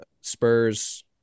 Spurs